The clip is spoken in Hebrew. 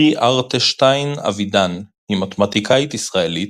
שירי ארטשטיין-אבידן היא מתמטיקאית ישראלית,